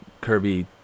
Kirby